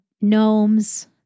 gnomes